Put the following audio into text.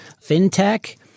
FinTech